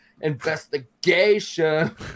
investigation